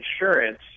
insurance